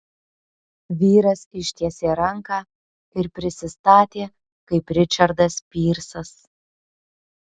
vyras ištiesė ranką ir prisistatė kaip ričardas pyrsas